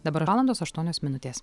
dabar valandos aštuonios minutės